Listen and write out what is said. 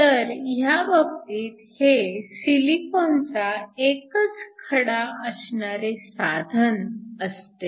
तर ह्या बाबतीत हे सिलिकॉनचा एकच खडा असणारे साधन असते